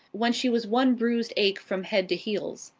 when she was one bruised ache from head to heels.